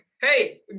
Hey